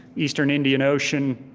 eastern indian ocean,